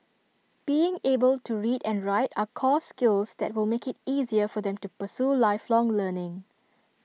being able to read and write are core skills that will make IT easier for them to pursue lifelong learning